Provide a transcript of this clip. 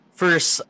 first